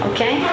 Okay